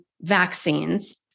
vaccines